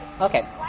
Okay